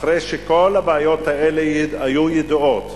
אחרי שכל הבעיות האלה היו ידועות,